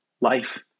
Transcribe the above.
life